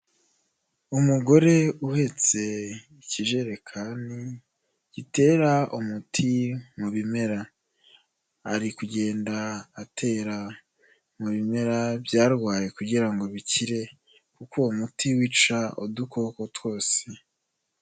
Umugore uhetse ikijerekani, gitera umuti mu bimera, ari kugenda atera mu bimera byarwaye kugira ngo bikire kuko uwo umuti wica udukoko twose.